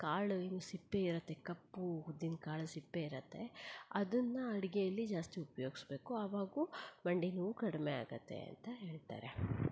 ಕಾಳು ಏನು ಸಿಪ್ಪೆ ಇರತ್ತೆ ಕಪ್ಪು ಉದ್ದಿನ ಕಾಳು ಸಿಪ್ಪೆ ಇರತ್ತೆ ಅದನ್ನು ಅಡಿಗೆಯಲ್ಲಿ ಜಾಸ್ತಿ ಉಪ್ಯೋಗಿಸ್ಬೇಕು ಆವಾಗೂ ಮಂಡಿ ನೋವು ಕಡಿಮೆ ಆಗತ್ತೆ ಅಂತ ಹೇಳ್ತಾರೆ